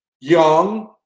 young